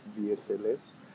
VSLS